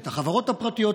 את החברות הפרטיות,